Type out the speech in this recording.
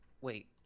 Wait